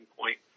point